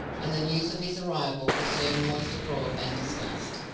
and the news of his arrival was soon noised abroad and discussed.